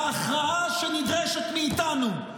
להכרעה שנדרשת מאיתנו: